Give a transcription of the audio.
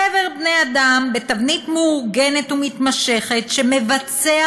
חבר בני-אדם בתבנית מאורגנת ומתמשכת שמבצע